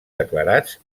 declarats